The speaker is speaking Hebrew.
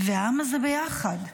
והעם הזה ביחד.